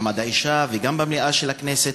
בוועדה למעמד האישה וגם במליאה של הכנסת,